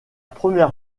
première